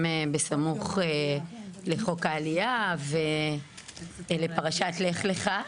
בסמוך לחוק העלייה ולפרשת "לך לך".